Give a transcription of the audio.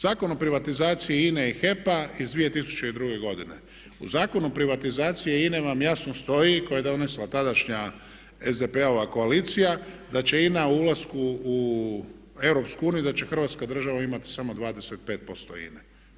Zakon o privatizaciji INA-e i HEP-a iz 2002.godine, u Zakonu o privatizaciji INA-e vam jasno stoji, koje je donijela tadašnja SDP-ova koalicija da će INA ulaskom u EU, da će hrvatska država imati samo 25% INA-e.